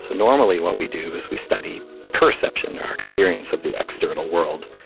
so normally what we do is we study perception our experience of the external world,